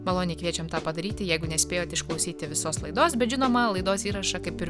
maloniai kviečiam tą padaryti jeigu nespėjot išklausyti visos laidos bet žinoma laidos įrašą kaip ir